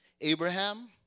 Abraham